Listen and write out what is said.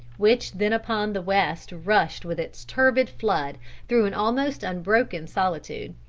which then upon the west rushed with its turbid flood through an almost unbroken solitude.